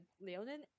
Leonin